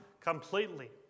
completely